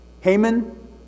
Haman